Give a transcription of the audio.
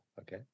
Okay